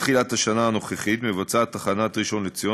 מתחילת השנה הנוכחית מבצעת תחנת ראשון-לציון